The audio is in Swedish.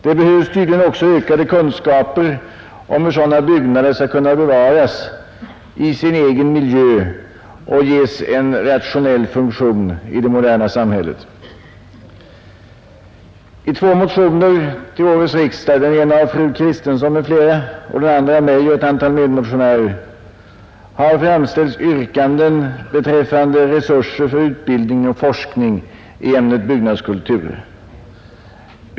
Det behövs tydligen också ökade kunskaper om hur sådana byggnader skall kunna bevaras i sin egen miljö och ges en rationell funktion i det moderna samhället. I två motioner till årets riksdag, den ena av fru Kristensson m.fl., den andra av mig och ett antal medmotionärer, har framställts yrkanden beträffande resurser för utbildning och forskning i ämnet byggnadskultur.